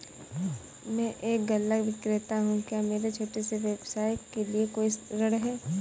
मैं एक गल्ला विक्रेता हूँ क्या मेरे छोटे से व्यवसाय के लिए कोई ऋण है?